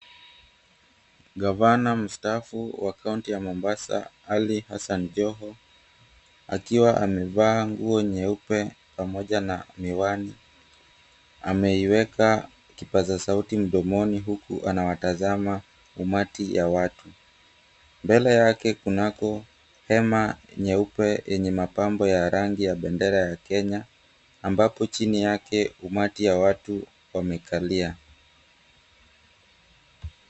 Gavana mstaafu wa kaunti ya Mombasa Ali Hassan Joho akiwa amevaa nguo nyeupe pamoja na miwani. Ameiweka kipaza sauti mdomoni huku anawatazama umati ya watu. Mbele yake kunako hema nyeupe yenye mapambo ya rangi ya bendera ya Kenya ambapo chini yake umati ya watu wamekalia.